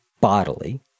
bodily